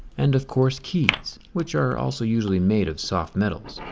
and, of course, keys which are also usually made of soft metals.